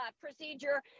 procedure